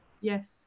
Yes